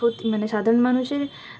ক্ষতি মানে সাধারণ মানুষের